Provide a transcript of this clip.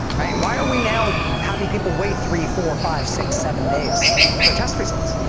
why are we now having people wait three, four, five, six, seven days for test results,